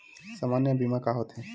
सामान्य बीमा का होथे?